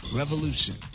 revolution